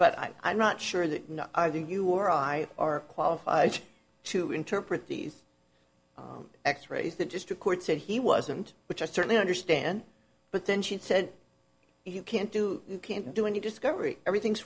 but i'm not sure that either you or i are qualified to interpret these x rays that just the court said he wasn't which i certainly understand but then she said you can't do you can't do a new discovery everything's